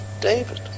David